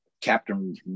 Captain